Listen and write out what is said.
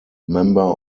member